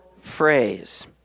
phrase